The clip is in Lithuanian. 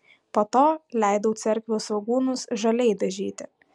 po to leidau cerkvių svogūnus žaliai dažyti